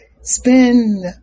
Spend